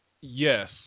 Yes